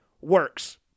works